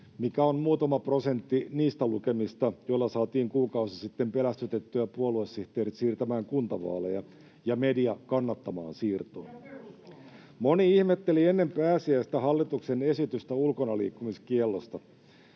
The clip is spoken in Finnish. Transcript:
mikä on muutama prosentti niistä lukemista, joilla saatiin kuukausi sitten pelästytettyä puoluesihteerit siirtämään kuntavaaleja ja media kannattamaan siirtoa. Moni ihmetteli ennen pääsiäistä hallituksen esitystä ulkonaliikkumiskiellosta.